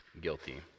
guilty